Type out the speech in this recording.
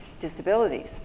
Disabilities